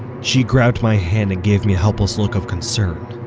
she grabbed my hand and gave me a helpless look of concern.